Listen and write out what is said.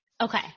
Okay